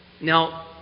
Now